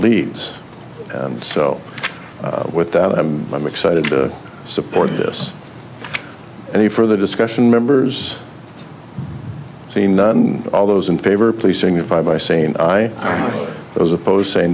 leads and so with that i'm excited to support this any further discussion members seen all those in favor of policing if i by saying i was opposed say